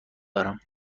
دارم